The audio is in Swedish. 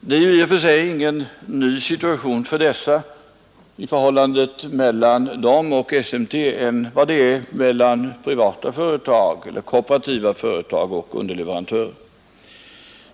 Det är ju i och för sig ingen ny situation i förhållandet mellan dem och SMT jämfört med förhållandet mellan privata eller kooperativa företag och underleverantörer.